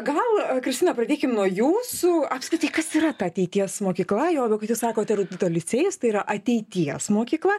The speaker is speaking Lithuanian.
gal na pradėkim nuo jūsų apskritai kas yra ta ateities mokykla juo labiau kad jūs sakote erudito licėjus tai yra ateities mokykla